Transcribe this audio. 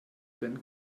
bin